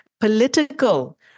political